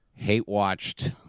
hate-watched